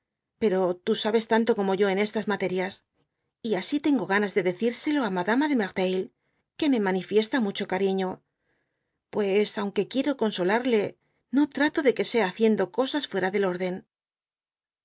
pero tú sabes tanto como yo en estas materias y sí tengodby google gana de decírselo á madama merteuil que me iiianifíesta mucho cariño pues y aunque quiero consolarle no trato de que sea iaciendo cosas fuera del orden